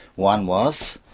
one was,